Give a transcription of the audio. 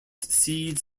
seeds